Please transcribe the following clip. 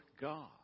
God